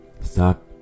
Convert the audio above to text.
stop